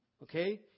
Okay